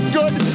good